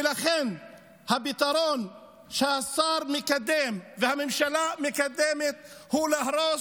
ולכן הפתרון שהשר מקדם והממשלה מקדמת הוא להרוס.